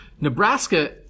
Nebraska